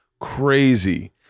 crazy